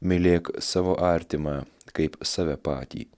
mylėk savo artimą kaip save patį